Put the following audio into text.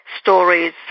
stories